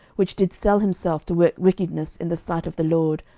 which did sell himself to work wickedness in the sight of the lord,